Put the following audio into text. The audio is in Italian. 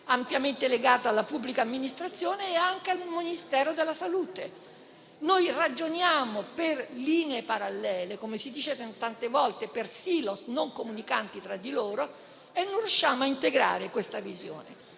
ampiamente legato alla pubblica amministrazione e anche al Ministero della salute. Noi ragioniamo per linee parallele - come si dice tante volte, per *silos* non comunicanti tra di loro - e non riusciamo a integrare questa visione.